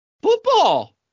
Football